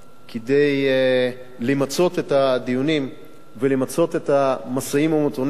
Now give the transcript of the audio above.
כדי למצות את הדיונים ולמצות את המשאים-ומתנים,